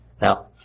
Now